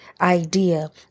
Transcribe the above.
idea